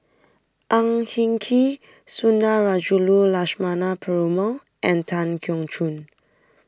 Ang Hin Kee Sundarajulu Lakshmana Perumal and Tan Keong Choon